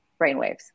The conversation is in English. brainwaves